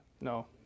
No